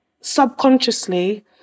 subconsciously